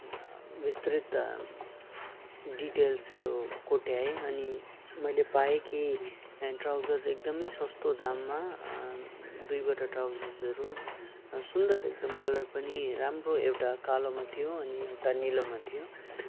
विस्तृत डिटेल्सहरू कोट्याएँ अनि मैले पाएँ कि ट्राउजर्स एकदमै सस्तो दाममा दुइवटा ट्राउजर्सहरू सुन्दर एकदम कलर पनि राम्रो एउटा कालोमा थियो अनि एउटा निलोमा थियो